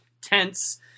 tense